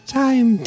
time